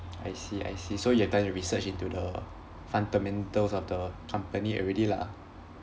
I see I see so you are trying to research into the fundamentals of the company already lah